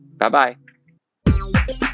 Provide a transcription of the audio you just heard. Bye-bye